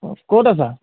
অঁ ক'ত আছা